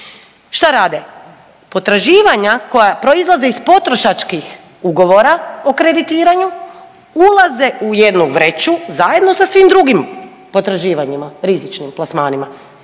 Šta rade? Potraživanja koja proizlaze iz potrošačkih ugovora o kreditiranju ulaze u jednu vreću zajedno sa svim drugim potraživanjima, rizičnim plasmanima,